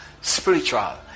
spiritual